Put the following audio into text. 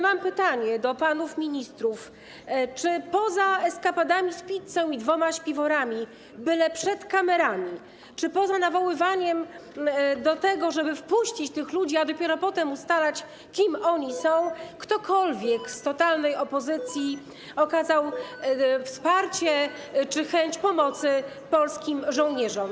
Mam pytanie do panów ministrów: Czy poza eskapadami z pizzą i dwoma śpiworami, byle przed kamerami, czy poza nawoływaniem do tego, żeby wpuścić tych ludzi, a dopiero potem ustalać, kim są, ktokolwiek z totalnej opozycji okazał wsparcie czy chęć pomocy polskim żołnierzom?